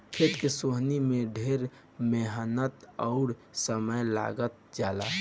खेत के सोहनी में ढेर मेहनत अउर समय लाग जला